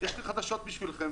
יש לי חדשות בשבילכם,